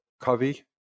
Covey